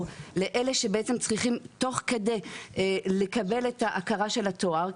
לאלה שבעצם צריכים תוך כדי לקבל את ההכרה של התואר,